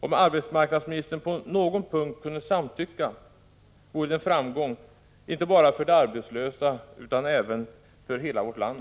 Om arbetsmarknadsministern på någon punkt kunde samtycka vore det en framgång, inte bara för de arbetslösa utan även för hela vårt land.